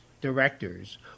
directors